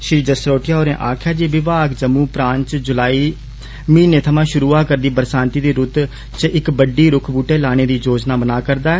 श्री जसरोटिया होरें आक्खेआ जे विमाग जम्मू प्रांत च जुलाई महीनें थमां शुरू होआ करदी बरसांती दी रूत च इक बड्डी रूक्ख बूहटे लाने दी योजना बनाऽ करदा ऐ